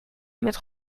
mit